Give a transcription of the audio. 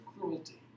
cruelty